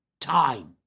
time